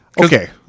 Okay